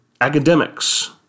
academics